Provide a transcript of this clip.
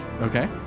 Okay